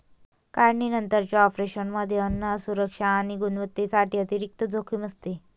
काढणीनंतरच्या ऑपरेशनमध्ये अन्न सुरक्षा आणि गुणवत्तेसाठी अतिरिक्त जोखीम असते